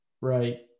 Right